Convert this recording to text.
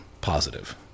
positive